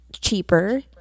cheaper